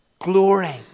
glory